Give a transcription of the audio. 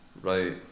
right